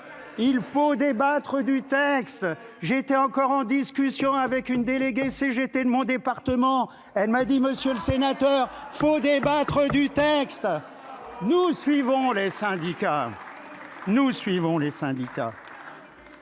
Il faut débattre du texte. J'ai été encore en discussion avec une déléguée CGT de mon département, elle m'a dit monsieur le sénateur, pour débattre du texte. Nous suivons les syndicats. Nous suivrons les syndicats.